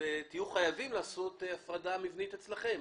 תהיו חייבים לעשות הפרדה מבנית אצלכם.